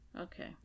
Okay